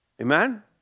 Amen